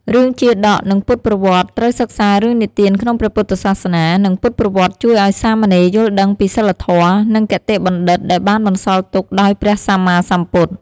រឿងជាតក និងពុទ្ធប្រវត្តិ ត្រូវសិក្សារឿងនិទានក្នុងព្រះពុទ្ធសាសនា និងពុទ្ធប្រវត្តិជួយឱ្យសាមណេរយល់ដឹងពីសីលធម៌ និងគតិបណ្ឌិតដែលបានបន្សល់ទុកដោយព្រះសម្មាសម្ពុទ្ធ។